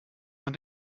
man